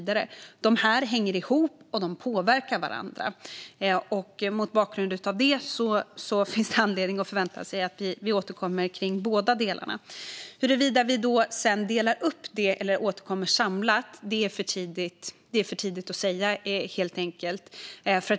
Detta hänger ihop och påverkar varandra. Mot bakgrund av detta finns det anledning att förvänta sig att regeringen återkommer i båda delarna. Huruvida vi delar upp det eller återkommer samlat är för tidigt att säga.